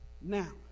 Now